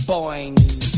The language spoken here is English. Boing